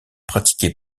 pratiqué